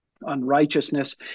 unrighteousness